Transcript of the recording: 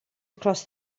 across